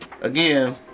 again